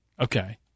Okay